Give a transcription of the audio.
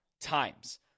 times